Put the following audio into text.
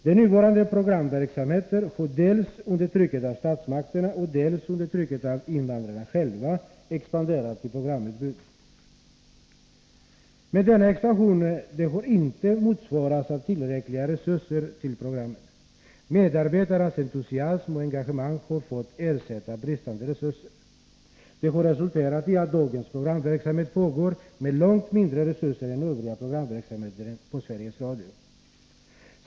Den nuvarande programverksamheten har dels under tryck från statsmakterna, dels under tryck från invandrarna själva expanderat i programutbud. Men denna expansion har inte motsvarats av tillräckliga resurser. Medarbetarnas entusiasm och engagemang har fått ersätta bristen på resurser. Det har resulterat i att den här programverksamheten nu pågår med långt mindre resurser än övrig programverksamhet på Sveriges Radio.